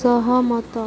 ସହମତ